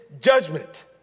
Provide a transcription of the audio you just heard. judgment